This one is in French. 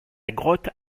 grotte